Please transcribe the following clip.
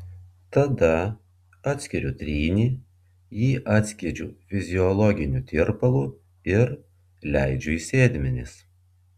tada atskiriu trynį jį atskiedžiu fiziologiniu tirpalu ir leidžiu į sėdmenis